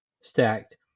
stacked